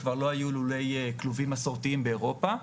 כבר לא היו לולי כלובים מסורתיים באירופה.